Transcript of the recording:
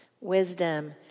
Wisdom